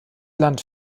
land